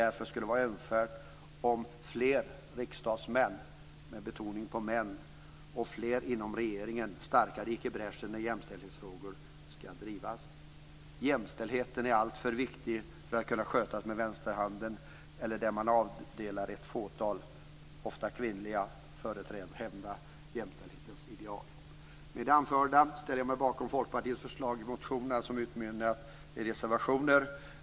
Därför skulle det vara önskvärt att fler riksdagsmän - med betoningen på män - och fler inom regeringen starkare gick i bräschen när jämställdhetsfrågor skall drivas. Jämställdheten är alltför viktig för att kunna skötas med vänsterhanden eller för att man avdelar ett fåtal - ofta kvinnliga - företrädare att hävda jämställdhetens ideal. Med det anförda ställer jag mig bakom Folkpartiets förslag i de motioner som har utmynnat i reservationer.